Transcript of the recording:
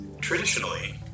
Traditionally